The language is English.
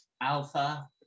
Alpha